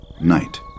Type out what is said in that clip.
night